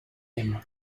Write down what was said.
him